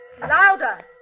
Louder